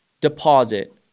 deposit